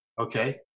Okay